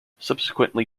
subsequently